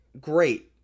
great